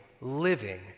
living